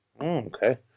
okay